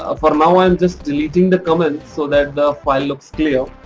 ah for now i am just deleting the comments so that the file looks clear.